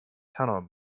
tunnel